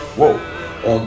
Whoa